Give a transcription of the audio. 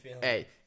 hey